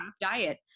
diet